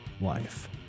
life